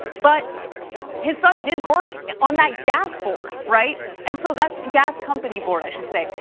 but his son did work on that gas board, right? and so that's gas company board, i should say.